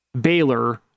Baylor